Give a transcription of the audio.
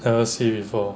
I never see before